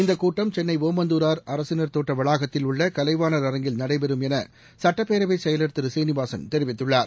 இந்த கூட்டம் சென்னை ஒமந்துரார் அரசின் தோட்ட வளாகத்தில் உள்ள கலைவாணர் அரங்கில் நடைபெறும் என சட்டப்பேரவை செயலாளர் திரு சீனிவாசன் தெரிவித்துள்ளார்